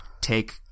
take